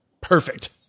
Perfect